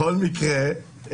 בכל מקרה,